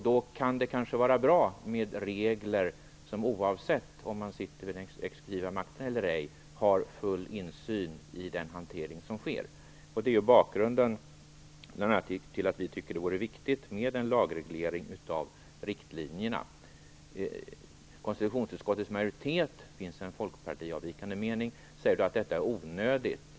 Då kan det kanske vara bra med regler som medger att man, oavsett om man innehar den exekutiva makten eller ej, har full insyn i den hantering som sker. Detta är bakgrunden till att vi tycker att det vore viktigt med en lagregering av riktlinjerna. Konstitutionsutskottets majoritet - det finns en avvikande mening från Folkpartiet - säger att detta är onödigt.